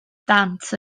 dant